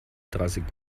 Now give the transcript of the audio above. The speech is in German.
dreißig